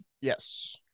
yes